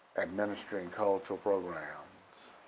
administering cultural programs.